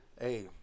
Hey